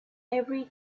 every